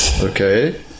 Okay